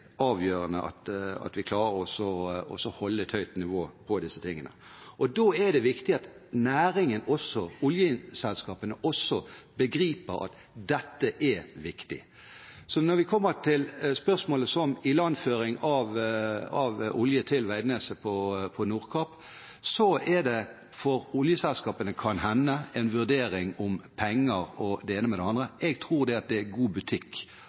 avgjørende at vi klarer å holde et høyt nivå på dette. Da er det viktig at næringen selv – oljeselskapene – også begriper at dette er viktig. Så når vi kommer til spørsmålet om ilandføring av olje til Veidnes i Nordkapp, er det kan hende for oljeselskapene en vurdering om penger og det ene med det andre. Jeg tror det er god butikk å bruke oljeterminalen på Veidnes. Det forstår jeg at også er